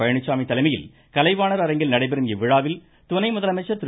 பழனிச்சாமி தலைமையில் கலைவாணர் அரங்கில் நடைபெறும் இவ்விழாவில் துணை முதலமைச்சர் திரு